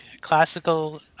classical